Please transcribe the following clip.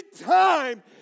time